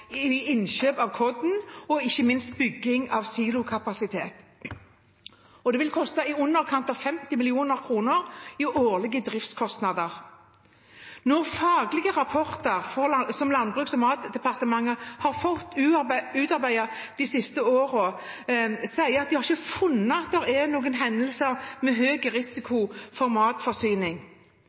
innkjøp av korn og ikke minst bygging av silokapasitet, og det vil koste i underkant av 50 mill. kr i årlige driftskostnader. Faglige rapporter som Landbruks- og matdepartementet har fått utarbeidet de siste årene, sier at de ikke har funnet at det er noen hendelser med høy risiko for